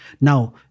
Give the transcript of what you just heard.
Now